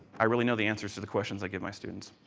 i really know the answers to the questions i give my students.